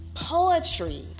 poetry